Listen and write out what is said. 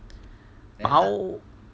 宝